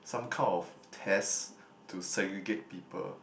some kind of test to segregate people